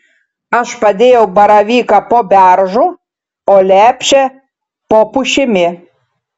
aš padėjau baravyką po beržu o lepšę po pušimi